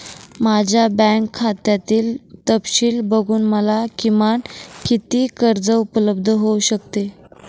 माझ्या बँक खात्यातील तपशील बघून मला किमान किती कर्ज उपलब्ध होऊ शकते?